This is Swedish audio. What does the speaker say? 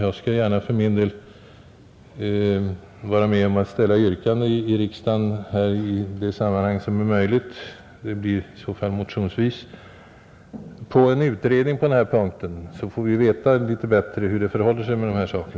Jag skall gärna för min del vara med om att ställa yrkanden i riksdagen i de sammanhang då det är möjligt — det blir i så fall motionsvis — om en utredning på denna punkt, så får vi litet bättre veta hur det förhåller sig med dessa saker,